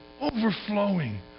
overflowing